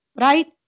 right